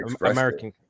American